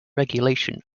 regulation